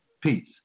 Peace